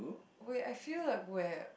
wait I feel like where